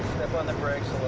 step on the brakes